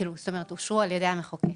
על-ידי המחוקק.